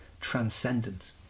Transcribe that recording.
transcendent